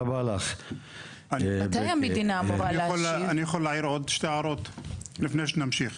אני יכול להעיר עוד שתי הערות לפני שנמשיך?